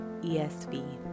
ESV